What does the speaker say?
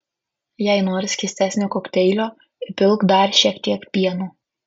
jei nori skystesnio kokteilio įpilk dar šiek tiek pieno